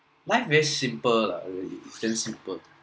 life very simple lah really damn simple